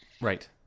Right